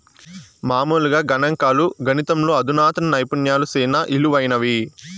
మామూలుగా గణంకాలు, గణితంలో అధునాతన నైపుణ్యాలు సేనా ఇలువైనవి